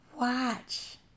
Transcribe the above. Watch